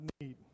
need